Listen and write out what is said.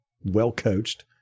well-coached